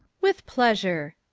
with pleasure.